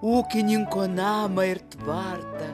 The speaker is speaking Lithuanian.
ūkininko namą ir tvartą